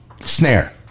snare